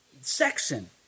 section